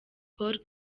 paul